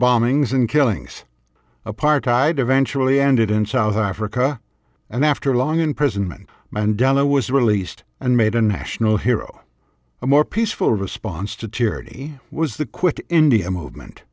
bombings and killings apartheid eventually ended in south africa and after long imprisonment mandela was released and made a national hero a more peaceful response to tyranny was the quick india movement